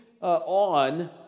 on